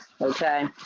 okay